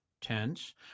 tense